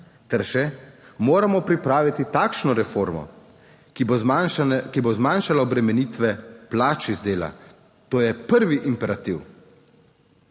se še moramo pripraviti takšno reformo, ki bo zmanjšala obremenitev plač iz dela. To je pravi imperativ.